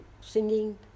singing